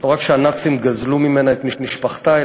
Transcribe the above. שלא רק שהנאצים גזלו ממנה את משפחתה,